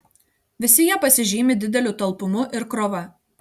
visi jie pasižymi dideliu talpumu ir krova